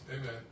Amen